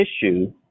issue